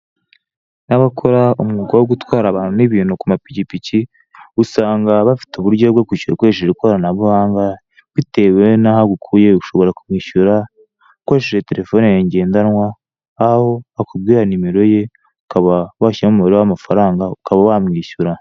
N'abakora umwuga wo gutwara abantu n'ibintu ku mapikipiki, usanga bafite uburyo bwo kwishyura ukoresheje ikoranabuhanga, bitewe n'aho agukuye ushobora kumwishyura ukoresheje telefoni yawe ngendanwa, aho akubwira nimero ye, ukaba washyiramo umubare w'amafaranga, ukaba wamwishyura.